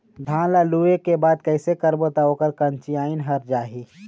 धान ला लुए के बाद कइसे करबो त ओकर कंचीयायिन हर जाही?